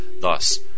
Thus